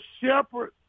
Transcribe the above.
shepherd